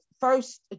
first